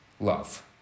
love